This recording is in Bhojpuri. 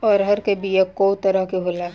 अरहर के बिया कौ तरह के होला?